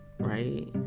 right